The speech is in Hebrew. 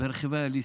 ברכבי הליסינג,